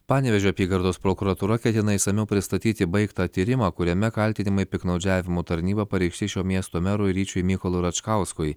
panevėžio apygardos prokuratūra ketina išsamiau pristatyti baigtą tyrimą kuriame kaltinimai piktnaudžiavimu tarnyba pareikšti šio miesto merui ryčiui mykolui račkauskui